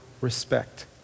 respect